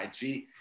IG